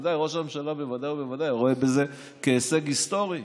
ראש הממשלה בוודאי ובוודאי רואה בזה הישג היסטורי